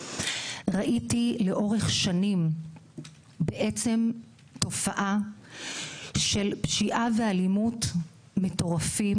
ראיתי לאורך שנים תופעה של פשיעה ואלימות מטורפים,